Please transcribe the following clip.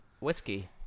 whiskey